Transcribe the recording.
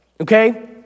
okay